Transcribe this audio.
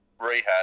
rehab